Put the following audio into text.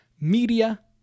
Media